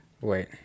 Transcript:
Wait